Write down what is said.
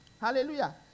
Hallelujah